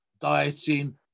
dieting